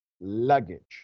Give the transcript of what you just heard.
luggage